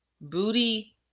booty